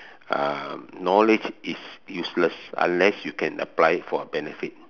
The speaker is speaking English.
uh knowledge is useless unless you can apply it for a benefit